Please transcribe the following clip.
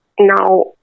now